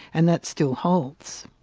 and that still holds.